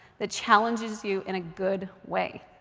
that challenges you in a good way.